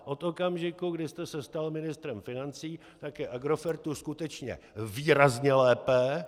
Od okamžiku, kdy jste se stal ministrem financí, tak je Agrofertu skutečně výrazně lépe .